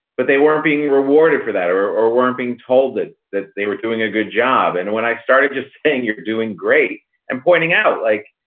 but they weren't being rewarded for that or or weren't being told that that they were doing a good job. and when i started just saying, you're doing great and pointing out like,